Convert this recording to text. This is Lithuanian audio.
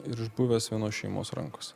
ir išbuvęs vienos šeimos rankose